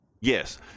Yes